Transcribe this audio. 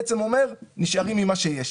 בעצם אומר שנשארים עם מה שיש.